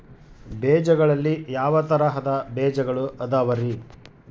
ಬೇಜಗಳಲ್ಲಿ ಯಾವ ತರಹದ ಬೇಜಗಳು ಅದವರಿ?